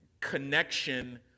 connection